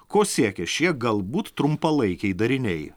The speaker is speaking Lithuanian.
ko siekia šie galbūt trumpalaikiai dariniai